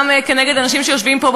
גם כנגד אנשים שיושבים פה,